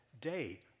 day